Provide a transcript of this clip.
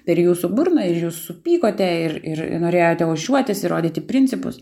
per jūsų burną ir jūs supykote ir ir norėjote ožiuotis ir rodyti principus